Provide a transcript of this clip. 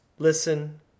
Listen